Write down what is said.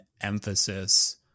emphasis